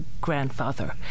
grandfather